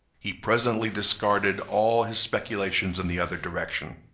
he presently discarded all his speculations in the other direction.